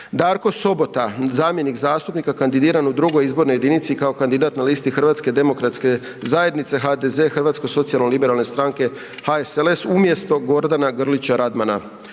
Darko Sobota, zamjenik zastupnika kandidiranog u 2. izbornoj jedinici kao kandidat na listi Hrvatske demokratske zajednice, HDZ, Hrvatsko socijalno-liberalne stranke, HSLS umjesto Gordan Grlića Radmana;